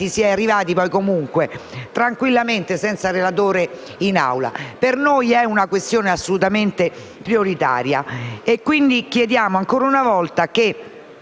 si è arrivati comunque in Aula, tranquillamente, senza relatore. Per noi è una questione assolutamente prioritaria quindi chiediamo, ancora una volta, che